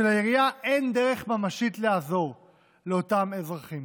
ולעירייה אין דרך ממשית לעזור לאותם אזרחים.